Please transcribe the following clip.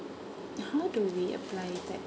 how do we apply that